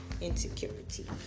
insecurity